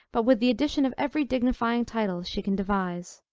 but with the addition of every dignifying title she can devise.